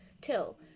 till